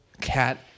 cat